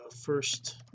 first